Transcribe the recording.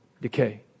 decay